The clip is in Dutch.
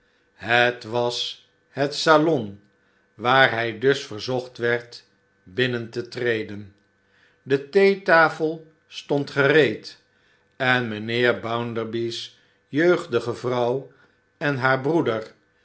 het was het salon waar hij dus verzocht werd binnen te treden de theetafel stond gereed en mijnheer bounderby's jeugdige vrouw en haar broeder